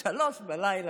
03:00,